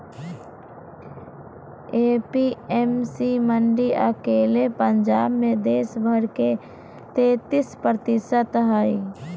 APMC मंडी अकेले पंजाब मे देश भर के तेतीस प्रतिशत हई